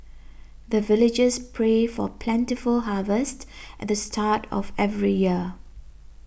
the villagers pray for plentiful harvest at the start of every year